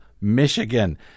Michigan